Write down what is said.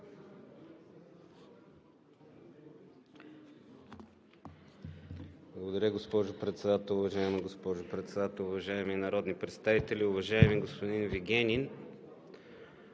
Благодаря, госпожо Председател. Уважаема госпожо Председател, уважаеми народни представители! Уважаеми господин Вигенин,